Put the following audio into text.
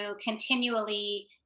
continually